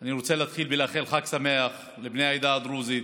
אני רוצה להתחיל בלאחל חג שמח לבני העדה הדרוזית,